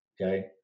Okay